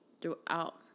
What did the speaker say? throughout